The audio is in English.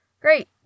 Great